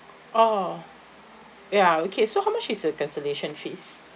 orh ya okay so how much is the cancellation fees